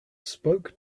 spoke